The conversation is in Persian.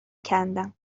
کندم